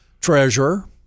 treasurer